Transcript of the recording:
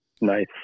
Nice